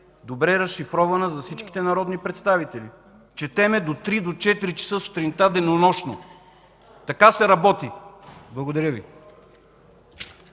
добре разшифрована за всичките народни представители. Четем до 3,00, до 4,00 часа сутринта, денонощно. Така се работи! Благодаря Ви.